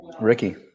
Ricky